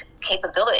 capability